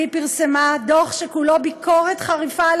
והיא פרסמה דוח שכולו ביקורת חריפה על